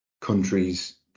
countries